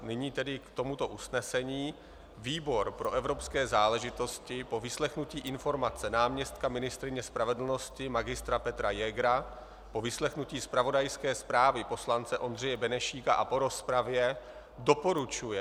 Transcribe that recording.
Nyní tedy k tomuto usnesení: Výbor pro evropské záležitosti po vyslechnutí informace náměstka ministryně spravedlnosti Mgr. Petra Jägra, po vyslechnutí zpravodajské zprávy poslance Ondřeje Benešíka a po rozpravě doporučuje